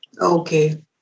Okay